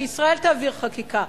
שישראל תעביר חקיקה,